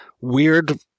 weird